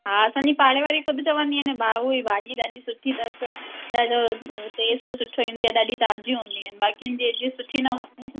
हा असांजी पाड़ेवारी ख़ुदि चवंदी आहिनि भाऊई भाॼी ॾाढी सुठी अथसि ॾाढो टेस्ट सुठो ईंदी आहे ॾाढी ताज़ी हूंदी आहिनि बाक़ियुनि जी एॾी सुठी न हूंदी